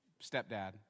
stepdad